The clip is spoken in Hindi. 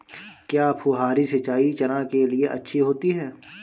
क्या फुहारी सिंचाई चना के लिए अच्छी होती है?